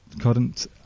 current